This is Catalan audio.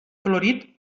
florit